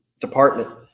Department